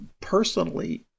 personally